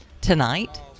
tonight